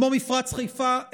כמו במפרץ חיפה,